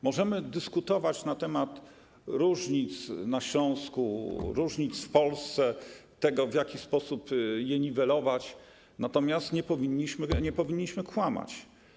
Możemy dyskutować na temat różnic na Śląsku, różnic w Polsce, tego, w jaki sposób je niwelować, natomiast nie powinniśmy kłamać.